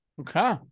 Okay